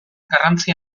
garrantzi